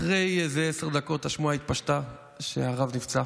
אחרי איזה עשר דקות השמועה שהרב נפצע,